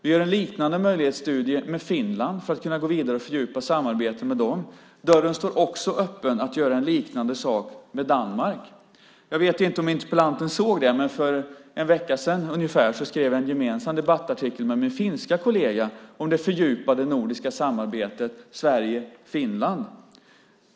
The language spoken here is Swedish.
Vi gör en liknande möjlighetsstudie med Finland för att kunna gå vidare och fördjupa samarbetet med dem. Dörren står också öppen för att göra en liknande sak med Danmark. Jag vet inte om interpellanten såg att jag för en vecka sedan ungefär skrev en gemensam debattartikel med min finske kollega om det fördjupade nordiska samarbetet mellan Sverige och Finland.